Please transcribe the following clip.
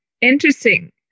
interesting